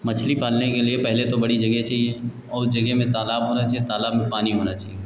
मछली पालने के लिए पहले तो बड़ी जगह चाहिए और उस जगह में तालाब होना चाहिए तालाब में पानी होना चाहिए